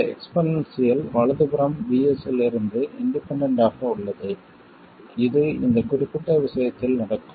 இந்த எக்ஸ்போனென்சியல் வலது புறம் VS லிருந்து இண்டிபெண்டண்ட் ஆக உள்ளது இது இந்த குறிப்பிட்ட விஷயத்தில் நடக்கும்